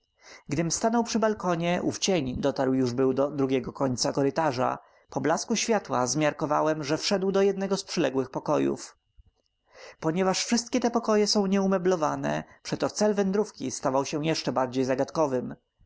gdym stanął przy balkonie ów cień dotarł już był do drugiego końca korytarza po blasku światła zmiarkowałem że wszedł do jednego z przyległych pokojów ponieważ wszystkie te pokoje są nieumeblowane przeto cel wędrówki stawał się jeszcze bardziej zagadkowym